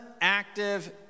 active